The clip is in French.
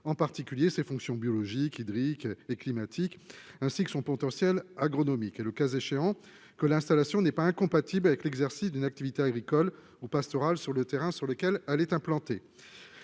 en particulier ses fonctions biologiques, hydriques et climatiques, ainsi que son potentiel agronomique et, le cas échéant, que l'installation n'est pas incompatible avec l'exercice d'une activité agricole ou pastorale sur le terrain sur lequel elle est implantée